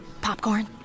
Popcorn